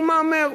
הוא מהמר,